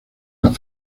las